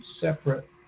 separate